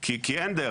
כי אין דרך.